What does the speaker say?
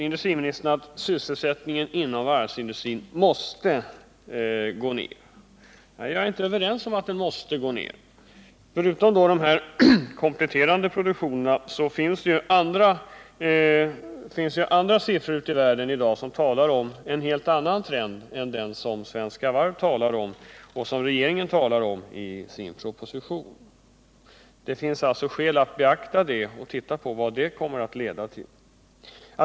Industriministern påstår att sysselsättningen inom varvsindustrin måste minska. Jag är inte överens med honom om det. Förutom den kompletterande produktionen talas det ute i världen i dag om en helt annan trend än den Svenska Varv talar om och den regeringen talar om i sin proposition. Det finns skäl att beakta detta och titta på vad det kommer att leda till.